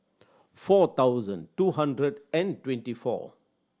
four thousand two hundred and twenty four